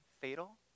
fatal